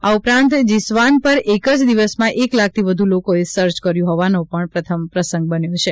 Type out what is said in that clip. આ ઉપરાંત જીસ્વાન પર એક જ દિવસમાં એક લાખથી વધુ લોકોએ સર્ચ કર્યું હોવાનો પણ પ્રથમ પ્રસંગ બન્યો છે